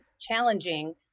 challenging